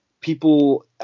people